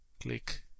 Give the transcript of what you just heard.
Click